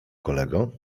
kolego